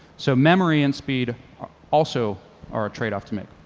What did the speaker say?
so memory and speed also are a trade to make.